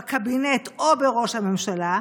בקבינט או בראש הממשלה,